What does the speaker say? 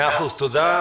מאה אחוז, תודה.